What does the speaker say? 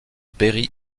berry